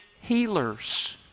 healers